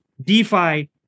DeFi